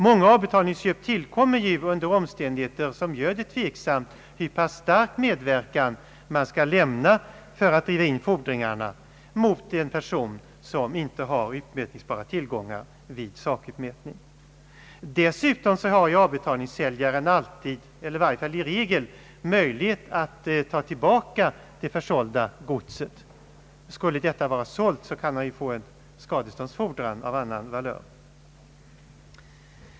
Många avbetalningsköp tillkommer ju under omständigheter som gör det tveksamt hur pass stark medverkan samhället bör lämna för att driva in fordringarna mot en person som inte har utmätningsbara tillgångar vid sakutmätning. Dessutom har avbetalningssäljaren i varje fall som regel möjlighet att ta tillbaka det försålda godset; skulle detta vara sålt kan han ju få en skadeståndsfordran i stället.